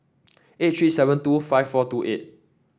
eight three seven two five four two eight